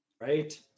Right